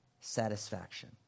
satisfaction